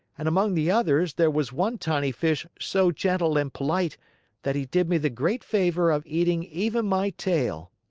and among the others, there was one tiny fish so gentle and polite that he did me the great favor of eating even my tail.